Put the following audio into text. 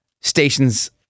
stations